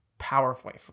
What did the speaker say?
powerfully